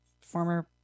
former